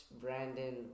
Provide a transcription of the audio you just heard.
Brandon